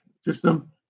system